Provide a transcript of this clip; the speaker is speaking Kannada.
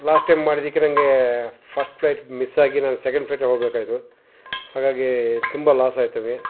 ಲಾಸ್ಟ್ ಟೈಮ್ ಮಾಡಿದ್ದಕ್ಕೆ ನನಗೆ ಫಸ್ಟ್ ಫ್ಲೈಟ್ ಮಿಸ್ಸಾಗಿ ನಾನು ಸೆಕೆಂಡ್ ಫ್ಲೈಟಿಗೆ ಹೋಗಬೇಕಾಯಿತು ಹಾಗಾಗಿ ತುಂಬ ಲಾಸ್ ಆಗ್ತವೆ